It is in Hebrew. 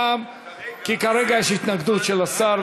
כי כרגע יש התנגדות של השר,